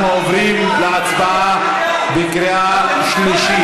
אנחנו עוברים להצבעה בקריאה שלישית.